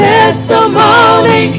Testimony